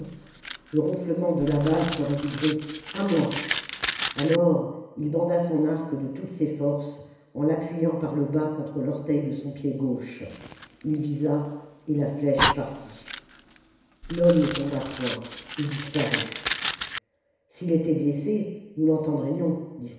le ronflement de la balle ferait du bruit a moi alors il banda son arc de toutes ses forces en l'appuyant par le bas contre l'orteil de son pied gauche il visa et la flèche partit l'homme ne tomba point ii disparut s'il était blessé nous l'entendrions